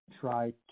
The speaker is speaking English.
try